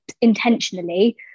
intentionally